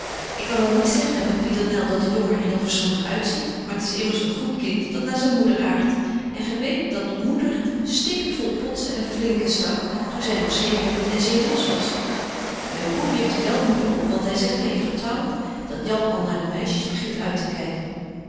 ik kan wel niet zeggen met pieternel dat de jongen er heel verstandig uitziet maar t is immers een goed kind dat naar zyn moeder aart en gy weet dat moeder stikkent vol potzen en flinken stak toen zy nog zeer jong en zeer los was myn broêr heeft er wel moed op want hy zegt my in vertrouwen dat jan al naar de meisjes begint uittekyken